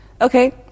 Okay